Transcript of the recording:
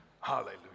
hallelujah